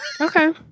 Okay